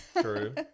True